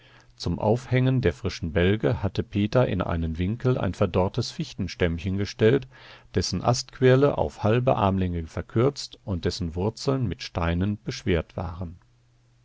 zum aufhängen der frischen bälge hatte peter in einen winkel ein verdorrtes fichtenstämmchen gestellt dessen astquirle auf halbe armlänge verkürzt und dessen wurzeln mit steinen beschwert waren